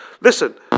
Listen